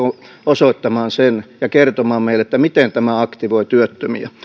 osoittamaan ja kertomaan meille miten tämä aktivoi työttömiä